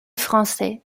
français